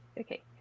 okay